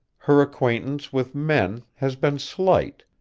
her acquaintance with men has been slight.